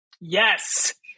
Yes